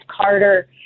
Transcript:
Carter